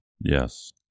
Yes